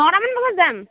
নটামান বজাত যাম